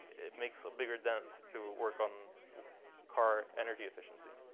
it makes a bigger dent to work on car energy efficiency.